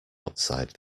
outside